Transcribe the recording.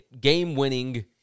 Game-winning